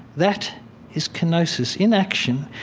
that is kenosis in action.